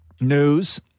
news